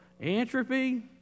Entropy